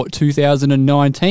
2019